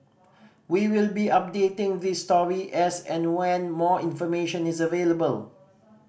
we will be updating this story as and when more information is available